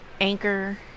Anchor